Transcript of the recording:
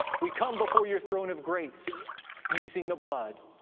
we come before your throne of grace using the blood,